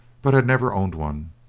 but had never owned one.